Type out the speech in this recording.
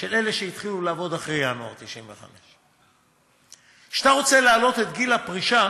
של אלה שהתחילו לעבוד אחרי ינואר 1995. כשאתה רוצה להעלות את גיל הפרישה,